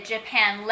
Japan